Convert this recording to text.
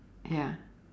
ya